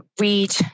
read